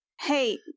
hey